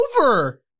over